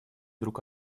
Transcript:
друг